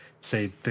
say